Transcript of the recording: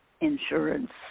insurance